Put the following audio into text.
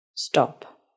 Stop